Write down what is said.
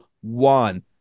one